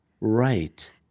Right